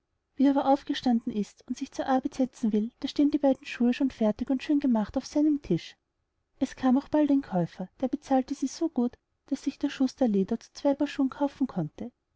wie er aber aufgestanden ist und sich zur arbeit setzen will da stehen die beiden schuhe schon fertig und schön gemacht auf seinem tisch es kam auch bald ein käufer der bezahlte sie so gut daß sich der schuster leder zu zwei paar schuhen kaufen konnte